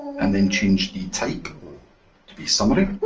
and then change the type to be summary.